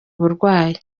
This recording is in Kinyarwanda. uburwayi